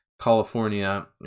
California